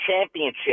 championship